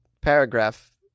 paragraph